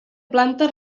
planta